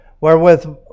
Wherewith